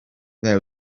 there